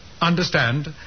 Understand